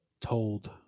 told